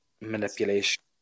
manipulation